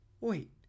Wait